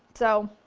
so